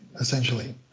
essentially